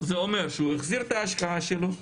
זה אומר שהוא החזיר את ההשקעה שלו,